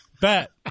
Bet